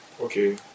Okay